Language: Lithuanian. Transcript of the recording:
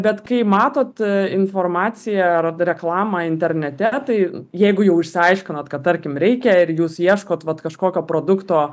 bet kai matot informaciją ar reklamą internete tai jeigu jau išsiaiškinot kad tarkim reikia ir jūs ieškot vat kažkokio produkto